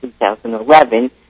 2011